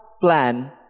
plan